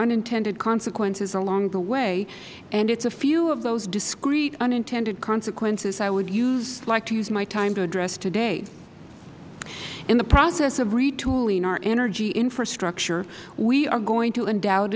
unintended consequences along the way and it is a few of those discrete unintended consequences i would like to use my time to address today in the process of retooling our energy infrastructure we are going to undou